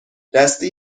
دستی